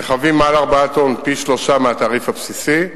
רכבים מעל 4 טונות, פי-שלושה מהתעריף הבסיסי,